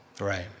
Right